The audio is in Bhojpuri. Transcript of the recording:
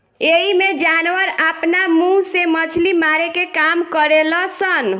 एइमें जानवर आपना मुंह से मछली मारे के काम करेल सन